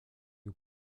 aux